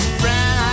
friend